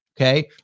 Okay